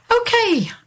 Okay